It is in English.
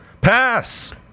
pass